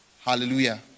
hallelujah